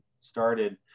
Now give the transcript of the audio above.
started